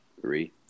three